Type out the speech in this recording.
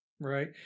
Right